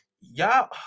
y'all